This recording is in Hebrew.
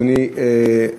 אדוני,